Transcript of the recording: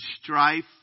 strife